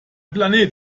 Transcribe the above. planet